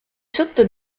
sotto